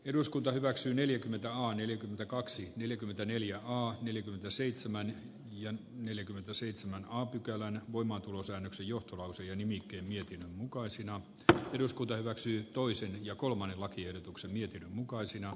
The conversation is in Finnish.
eduskunta hyväksyy neljäkymmentä on neljäkymmentäkaksi neljäkymmentäneljä on neljäkymmentäseitsemän ja neljäkymmentäseitsemän pykälän voimaantulosäännöksen juttu lausuja nimikettä joten mukaisina että eduskunta hyväksyy toisen ja kolmannen lakiehdotuksen mukaisina